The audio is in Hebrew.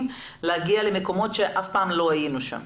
להגיע למקומות שאף פעם לא היינו בהם.